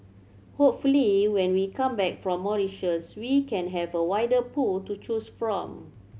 hopefully when we come back from Mauritius we can have a wider pool to choose from